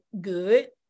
good